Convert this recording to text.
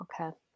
Okay